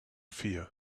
fear